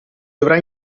dovrà